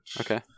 Okay